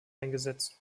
eingesetzt